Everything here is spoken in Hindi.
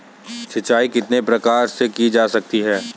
सिंचाई कितने प्रकार से की जा सकती है?